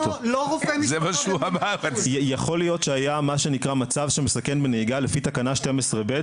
יכול להיות שהיה מה שנקרא מצב שמסכן בנהיגה לפי תקנה 12ב',